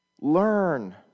Learn